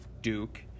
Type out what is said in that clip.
Duke